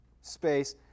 space